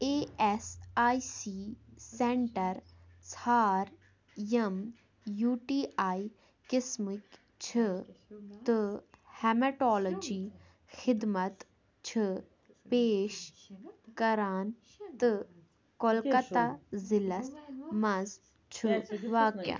A S I C centre ژھانڈ یِم U T I قسمٕکۍ چھِ تہٕ ہیمٹالوجی خدمت چھِ پیش کران تہٕ کولکَتہ ضلعس مَنٛز چھُ واقعہ